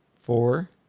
Four